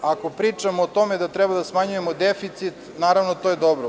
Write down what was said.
Ako pričamo o tome da treba da smanjujemo deficit, naravno, to je dobro.